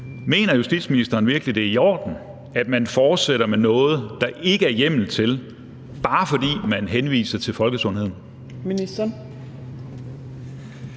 Mener justitsministeren virkelig, det er i orden, at man fortsætter med noget, der ikke er hjemmel til, bare fordi man henviser til folkesundheden?